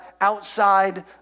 outside